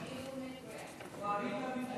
תביאי מקרה,